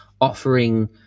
offering